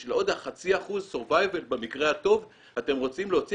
בשביל עוד חצי אחוז שרידות במקרה הטוב אתם רוצים להוציא